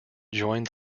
joined